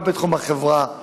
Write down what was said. גם בתחום החברה.